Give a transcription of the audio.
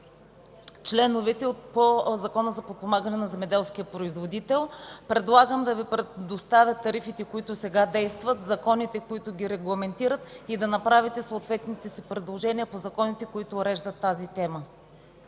членове в Закона за подпомагане на земеделските производители. Предлагам да Ви предоставя тарифите, които действат сега в законите, които ги регламентират, и да направите съответните си предложения по законите, които уреждат тази тема.